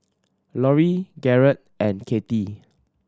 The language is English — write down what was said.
Lorri Garret and Katie